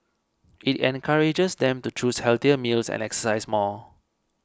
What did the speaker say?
it encourages them to choose healthier meals and exercise more